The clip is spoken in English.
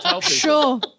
Sure